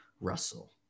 Russell